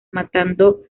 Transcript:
matando